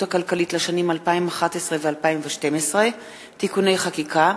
הכלכלית לשנים 2011 ו-2012 (תיקוני חקיקה),